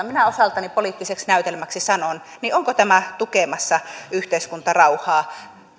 minä osaltani poliittiseksi näytelmäksi sanon tukemassa yhteiskuntarauhaa